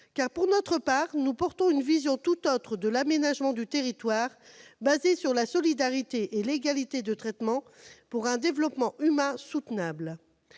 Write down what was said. Pour notre part, nous portons une vision tout autre de l'aménagement du territoire, fondée sur la solidarité et l'égalité de traitement pour un développement humain soutenable.